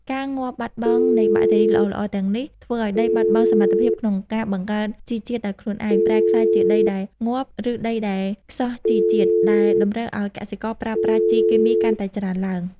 ការងាប់បាត់បង់នៃបាក់តេរីល្អៗទាំងនេះ ធ្វើឱ្យដីបាត់បង់សមត្ថភាពក្នុងការបង្កើតជីជាតិដោយខ្លួនឯង ប្រែក្លាយជាដីដែលងាប់ ឬដីដែលខ្សោះជីវជាតិ ដែលតម្រូវឱ្យកសិករប្រើប្រាស់ជីគីមីកាន់តែច្រើនឡើង។